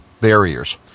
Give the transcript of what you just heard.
barriers